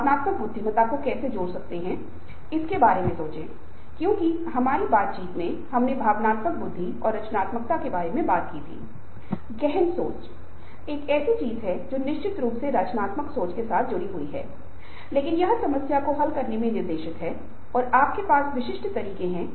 वे कुछ ऐसा करना चाहते हैं जो समाज को लाभान्वित करे और उनके द्वारा अर्जित धन के बजाय अपने व्यक्तिगत महत्व को बढ़ा सके लेकिन यहां व्यक्ति को उपलब्धि की आवश्यकता है जो व्यक्ति लगातार प्रतिक्रिया प्राप्त करना चाहता है वह कितना अच्छा कर रहा है और यदि उपलब्धि की आवश्यकता है जहाँ आपकी सफलता को लगातार बढ़ाने की इच्छा होती है उस स्थिति में यदि असफलता का डर सफलता के भय से अधिक है तो व्यक्ति जीवन में सफल नहीं होगा